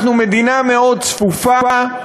אנחנו מדינה מאוד צפופה,